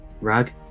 Rag